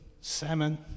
salmon